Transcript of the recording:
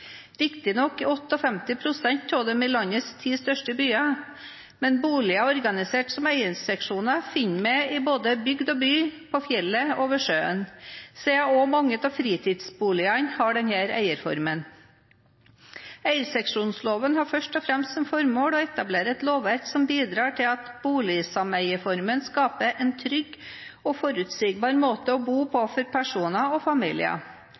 Riktignok er 58 pst. av dem i landets ti største byer, men boliger organisert som eierseksjoner finner vi både i bygd og by, på fjellet og ved sjøen, siden også mange fritidsboliger har denne eierformen. Eierseksjonsloven har først og fremst som formål å etablere et lovverk som bidrar til at boligsameieformen skaper en trygg og forutsigbar måte å bo på for personer og familier.